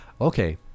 Okay